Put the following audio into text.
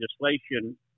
legislation